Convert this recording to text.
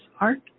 art